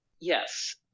Yes